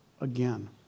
again